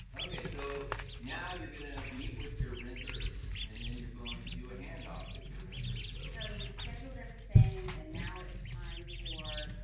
okay so now you're gonna meet with your renters and then you're going to do a handoff with your renter so so you've scheduled everything and now it's time for